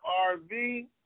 RV